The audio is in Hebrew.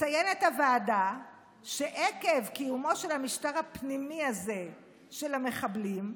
מציינת הוועדה שעקב קיומו של המשטר הפנימי הזה של המחבלים,